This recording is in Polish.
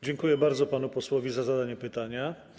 Dziękuję bardzo panu posłowi za zadanie pytania.